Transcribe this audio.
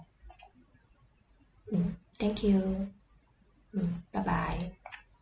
mm thank you mm bye bye